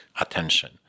attention